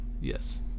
Yes